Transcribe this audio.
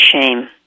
shame